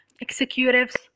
executives